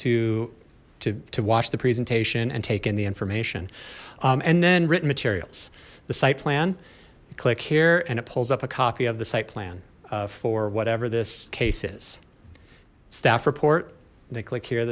to to watch the presentation and take in the information and then written materials the site plan click here and it pulls up a copy of the site plan for whatever this case is staff report they click here